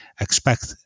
expect